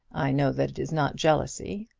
i know that it is not jealousy.